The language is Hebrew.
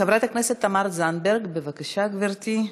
חברת הכנסת תמר זנדברג, בבקשה, גברתי.